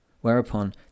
Whereupon